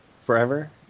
forever